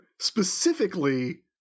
specifically